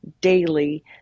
daily